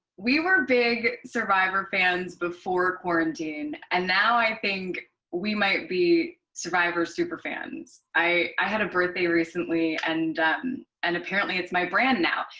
we were big survivor fans before quarantine. and now i think we might be survivor super-fans. i had a birthday recently, and and apparently, it's my brand now.